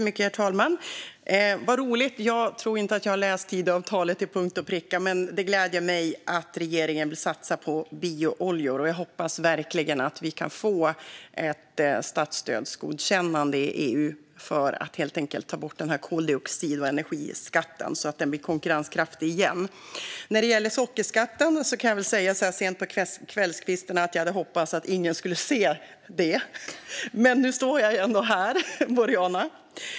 Herr talman! Vad roligt. Jag tror inte att jag har läst Tidöavtalet till punkt och pricka. Det gläder mig att regeringen vill satsa på biooljor. Jag hoppas verkligen att vi kan få ett statsstödsgodkännande i EU för att helt enkelt ta bort koldioxid och energiskatten så att biooljan blir konkurrenskraftig igen. När det gäller sockerskatten kan jag så här sent på kvällskvisten säga att jag hade hoppats att ingen skulle se det. Men nu står jag ändå här, Boriana.